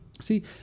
See